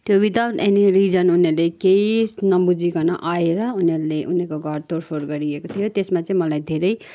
त्यो without any reason उनीहरूले केही नबुझिकन आएर उनीहरूले उनीहरूको घर तोड फोड गरिएको थियो त्यसमा चाहिँ मलाई धेरै